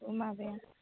माबाया